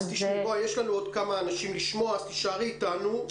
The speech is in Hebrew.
אילהאם, תישארי איתנו.